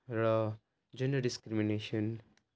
र gender discrimination